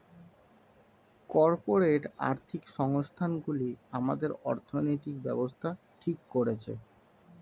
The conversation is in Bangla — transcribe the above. কর্পোরেট আর্থিক সংস্থান গুলি আমাদের অর্থনৈতিক ব্যাবস্থা ঠিক করছে